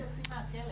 גברים שיוצאים מהכלא.